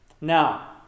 Now